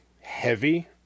heavy